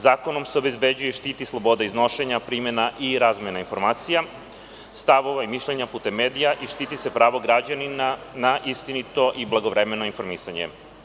Zakonom se obezbeđuje i štiti sloboda iznošenja, primena i razmena informacija, stavova i mišljenja putem medija i štiti se pravo građanina na istinito i blagovremeno informisanje.